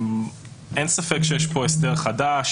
אין ספק שיש כאן הסדר חדש,